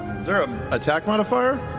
is there a attack modifier?